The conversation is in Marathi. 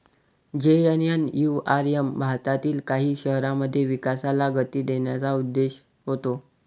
जे.एन.एन.यू.आर.एम भारतातील काही शहरांमध्ये विकासाला गती देण्याचा उद्देश होता